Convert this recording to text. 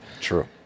True